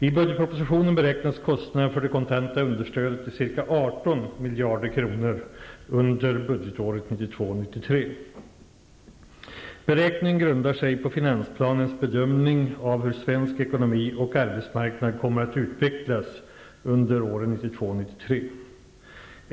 I budgetpropositionen beräknas kostnaderna för det kontanta understödet till ca 18 miljarder kronor under budgetåret 1992/93. Beräkningen grundar sig på finansplanens bedömning av hur svensk ekonomi och arbetsmarknad kommer att utvecklas under åren 1992 och 1993.